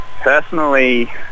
Personally